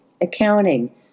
accounting